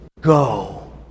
go